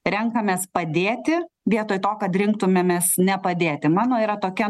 renkamės padėti vietoj to kad rinktumėmės nepadėti mano yra tokia